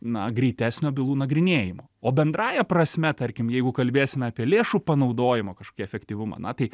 na greitesnio bylų nagrinėjimo o bendrąja prasme tarkim jeigu kalbėsime apie lėšų panaudojimo kažkokį efektyvumą na tai